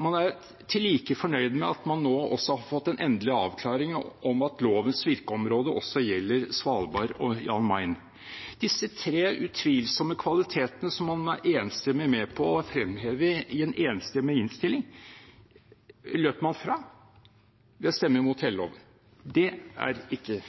Man er til like fornøyd med at man nå har fått en endelig avklaring av at lovens virkeområde også gjelder Svalbard og Jan Mayen. Disse tre utvilsomme kvalitetene som man enstemmig er med på å fremheve i en enstemmig innstilling, løper man fra ved å stemme imot hele loven. Det er ikke